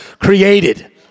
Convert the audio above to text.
created